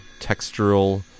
textural